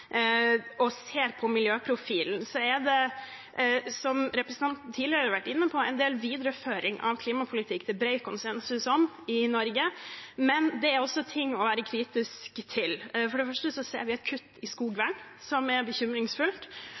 og ser på miljøprofilen, så er det, som representanten tidligere har vært inne på, en del videreføring av klimapolitikk det er bred konsensus om i Norge, men det er også ting å være kritisk til. For det første ser vi et kutt i skogvern, som er bekymringsfullt.